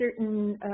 certain